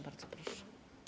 Bardzo proszę.